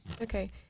Okay